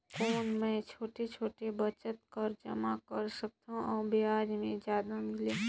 कौन मै छोटे छोटे बचत कर जमा कर सकथव अउ ब्याज भी जादा मिले?